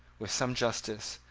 with some justice,